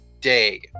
day